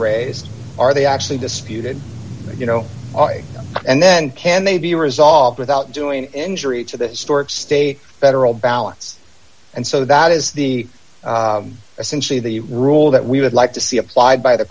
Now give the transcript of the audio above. raised are they actually disputed you know and then can they be resolved without doing injury to the storage state federal ballots and so that is the essentially the rule that we would like to see applied by the